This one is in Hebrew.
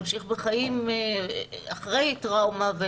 להמשיך בחיים אחרי טראומה,